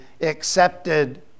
accepted